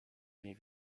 nie